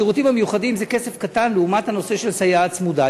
קצבת השירותים המיוחדים זה כסף קטן לעומת הנושא של סייעת צמודה.